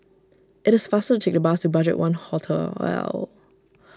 it is faster take the bus to Budgetone Hotel